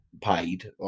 paid